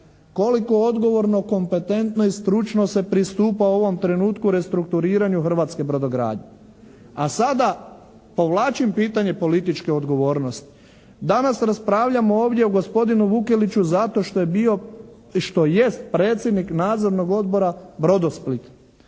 koliko odgovorno, kompetentno i stručno se pristupa ovom trenutku u restrukturiranju hrvatske brodogradnje. A sada povlačim pitanje političke odgovornosti. Danas raspravljamo ovdje o gospodinu Vukeliću zato što je bio, što jeste predsjednik Nadzornog odbora "Brodosplit".